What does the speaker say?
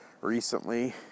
recently